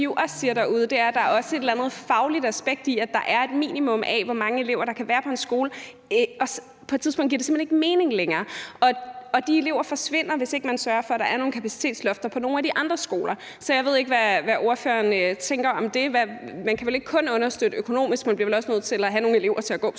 eller andet fagligt aspekt i, at der er et minimum af, hvor mange elever der kan være på en skole – på et tidspunkt giver det simpelt hen ikke mening længere – og de elever forsvinder, hvis man ikke sørger for, at der er nogle kapacitetslofter på nogle af de andre skoler. Jeg ved ikke, hvad ordføreren tænker om det. Man kan vel ikke kun understøtte økonomisk; man bliver vel simpelt hen også nødt til at have nogle elever til at gå på skolen.